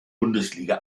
bundesliga